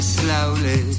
slowly